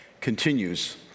continues